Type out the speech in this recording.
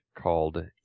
called